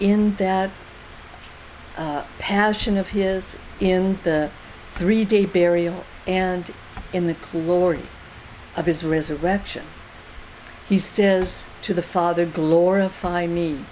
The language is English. in that passion of his in the three day burial and in the lord of his resurrection he says to the father glorify me